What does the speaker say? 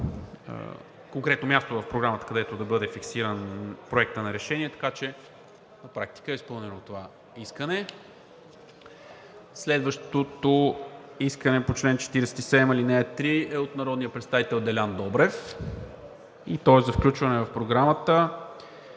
конкретно място в Програмата, където да бъде фиксиран Проектът на решение, така че на практика е изпълнено това искане. Следващото искане по чл. 47, ал. 3 е от народния представител Делян Добрев и то е за включване в Програмата